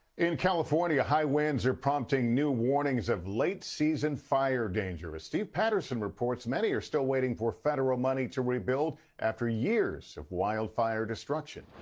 in california, high winds are prompting new warnings of late season fire danger ah steve patterson reports many are still waiting for federal money to rebuild after years of wildfire destruction.